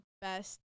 best